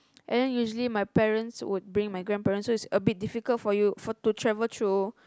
and then usually my parents would bring my grandparent so it's a bit difficult for you for to travel to